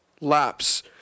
laps